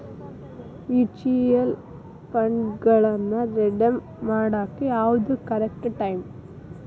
mutual ಫಂಡ್ಗಳನ್ನ redeem ಮಾಡಾಕ ಯಾವ್ದು ಕರೆಕ್ಟ್ ಟೈಮ್